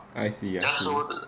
I see I see